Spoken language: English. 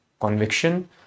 conviction